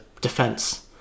defense